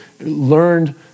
learned